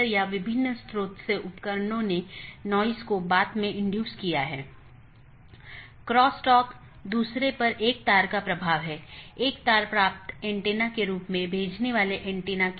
इसलिए open message दो BGP साथियों के बीच एक सेशन खोलने के लिए है दूसरा अपडेट है BGP साथियों के बीच राउटिंग जानकारी को सही अपडेट करना